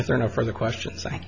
i don't know from the questions i